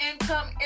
income